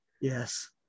Yes